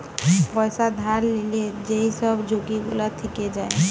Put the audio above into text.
পয়সা ধার লিলে যেই সব ঝুঁকি গুলা থিকে যায়